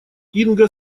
инга